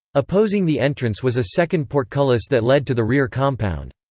opposing the entrance was a second portcullis that led to the rear compound.